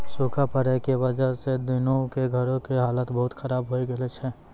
सूखा पड़ै के वजह स दीनू के घरो के हालत बहुत खराब होय गेलो छै